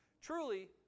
Truly